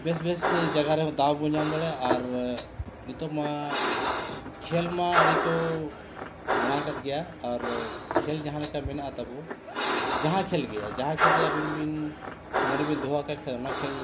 ᱵᱮᱥ ᱵᱮᱥ ᱡᱟᱭᱜᱟ ᱨᱮᱦᱚᱸ ᱫᱟᱣ ᱵᱚᱱ ᱧᱟᱢ ᱫᱟᱲᱮᱭᱟᱜᱼᱟ ᱟᱨ ᱱᱤᱛᱳᱜ ᱢᱟ ᱠᱷᱮᱞ ᱢᱟ ᱟᱹᱰᱤ ᱠᱚ ᱢᱟᱲᱟᱝ ᱟᱠᱟᱫ ᱜᱮᱭᱟ ᱟᱨ ᱠᱷᱮᱞ ᱡᱟᱦᱟᱸ ᱞᱮᱠᱟ ᱢᱮᱱᱟᱜᱼᱟ ᱛᱟᱵᱚᱱ ᱡᱟᱦᱟᱸ ᱠᱷᱮᱞ ᱜᱮ ᱡᱟᱦᱟᱸ ᱠᱷᱮᱞ ᱨᱮ ᱟᱹᱵᱤᱱ ᱵᱤᱱ ᱢᱚᱱᱮ ᱵᱮᱱ ᱫᱚᱦᱚ ᱟᱠᱟᱫ ᱠᱷᱟᱱ ᱚᱱᱟ ᱠᱷᱮᱞ